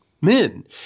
men